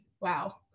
wow